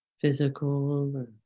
physical